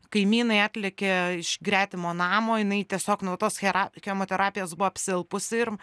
kaimynai atlėkė iš gretimo namo jinai tiesiog nuo tos hera chemoterapijos buvo apsilpusi ir